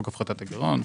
חוק הפחתת הגירעון,